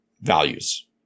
values